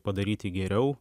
padaryti geriau